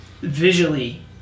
visually